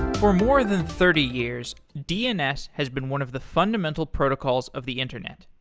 for more than thirty years, dns has been one of the fundamental protocols of the internet.